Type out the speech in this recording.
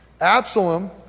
Absalom